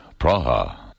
Praha